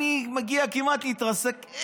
אני מגיע כמעט להתרסק,